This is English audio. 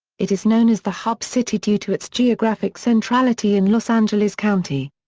it is known as the hub city due to its geographic centrality in los angeles county.